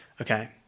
okay